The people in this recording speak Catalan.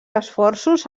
esforços